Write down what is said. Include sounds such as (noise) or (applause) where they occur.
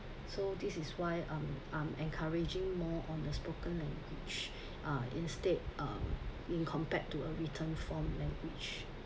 so this is why I'm I'm encouraging more on the spoken language (breath) uh instead um in compared to a written form language